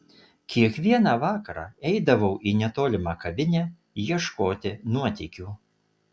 kiekvieną vakarą eidavau į netolimą kavinę ieškoti nuotykių